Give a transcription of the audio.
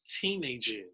teenagers